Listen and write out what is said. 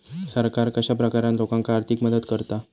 सरकार कश्या प्रकारान लोकांक आर्थिक मदत करता?